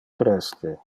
preste